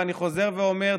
ואני חוזר ואומר,